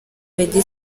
meddy